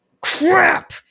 crap